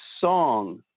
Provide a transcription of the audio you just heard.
song